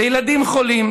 לילדים חולים,